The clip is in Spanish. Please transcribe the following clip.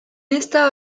esta